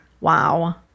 wow